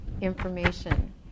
information